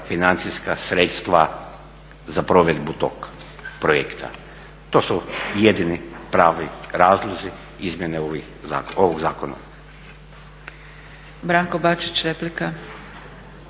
financijska sredstva za provedbu tog projekta. To su jedini pravi razlozi izmjene ovog zakona.